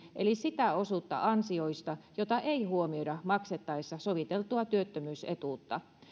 eli sitä osuutta ansioista jota ei huomioida maksettaessa soviteltua työttömyysetuutta